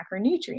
macronutrients